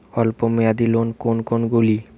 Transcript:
অল্প মেয়াদি লোন কোন কোনগুলি?